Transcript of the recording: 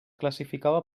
classificava